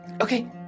Okay